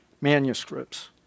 manuscripts